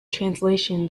translation